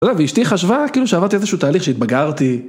ואשתי חשבה כאילו שעבדתי איזשהו תהליך שהתבגרתי.